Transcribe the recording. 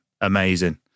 Amazing